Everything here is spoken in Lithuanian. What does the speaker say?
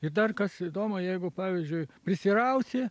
ir dar kas įdomu jeigu pavyzdžiui prisirausi